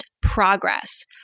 progress